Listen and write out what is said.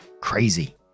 Crazy